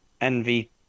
envy